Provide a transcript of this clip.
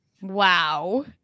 Wow